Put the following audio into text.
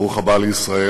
ברוך הבא לישראל,